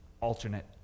alternate